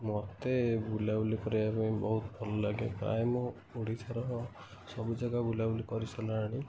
ମୋତେ ବୁଲାବୁଲି କରିବା ପାଇଁ ବହୁତ ଭଲ ଲାଗେ ପ୍ରାୟ ମୁଁ ଓଡ଼ିଶାର ସବୁ ଜାଗା ବୁଲାବୁଲି କରିସାରିଲେଣି